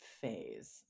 phase